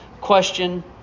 question